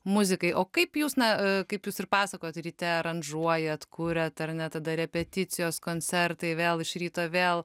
muzikai o kaip jūs na kaip jūs ir pasakojot ryte aranžuojat kuriat ar ne tada repeticijos koncertai vėl iš ryto vėl